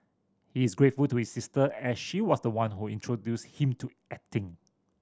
he is grateful to his sister as she was the one who introduced him to acting